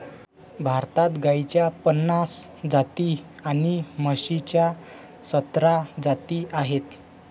भारतात गाईच्या पन्नास जाती आणि म्हशीच्या सतरा जाती आहेत